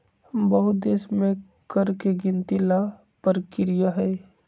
बहुत देश में कर के गिनती ला परकिरिया हई